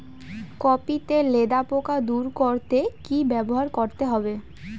Copy তে লেদা পোকা দূর করতে কি ব্যবহার করতে হবে?